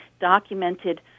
documented